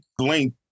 link